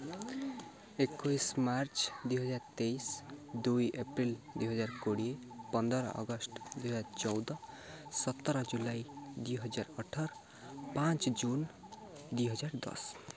ଏକୋଇଶ ମାର୍ଚ୍ଚ ଦୁଇହଜାର ତେଇଶ ଦୁଇ ଏପ୍ରିଲ ଦୁଇହଜାର କୋଡ଼ିଏ ପନ୍ଦର ଅଗଷ୍ଟ ଦୁଇହଜାର ଚଉଦ ସତର ଜୁଲାଇ ଦୁଇହଜାର ଅଠର ପାଞ୍ଚ ଜୁନ ଦୁଇହଜାର ଦଶ